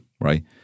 right